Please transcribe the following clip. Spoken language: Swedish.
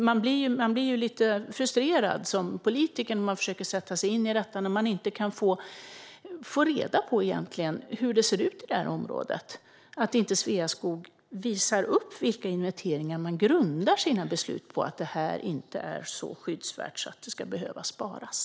Man blir ju lite frustrerad som politiker när man försöker sätta sig in i detta men inte kan få reda på hur det ser ut i området och Sveaskog inte visar upp på vilka inventeringar man grundar sina beslut att det här inte är så skyddsvärt att det ska behöva sparas.